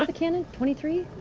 um cannons, twenty three?